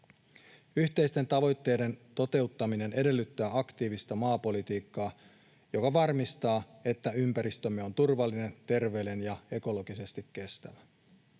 Yhteisten tavoitteiden toteuttaminen edellyttää aktiivista maapolitiikkaa, joka varmistaa, että ympäristömme on turvallinen, terveellinen ja ekologisesti kestävä.